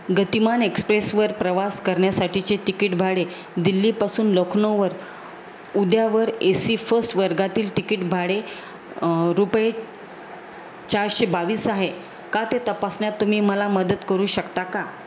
गतिमान एक्सप्रेसवर प्रवास करण्यासाठीचे तिकीट भाडे दिल्लीपासून लखनौवर उद्यावर ए सी फर्स्ट वर्गातील तिकीट भाडे रुपये चारशे बावीस आहे का ते तपासण्यात तुम्ही मला मदत करू शकता का